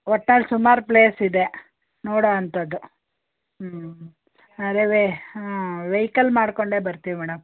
ಒಟ್ನಲ್ಲಿ ಸುಮಾರು ಪ್ಲೇಸ್ ಇದೆ ನೋಡುವಂಥದ್ದು ಹ್ಞೂ ಅದೇವೇ ಹಾಂ ವೆಹಿಕಲ್ ಮಾಡಿಕೊಂಡೆ ಬರ್ತೀವಿ ಮೇಡಮ್